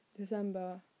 December